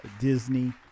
Disney